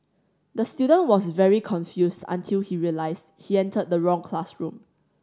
the student was very confused until he realised he entered the wrong classroom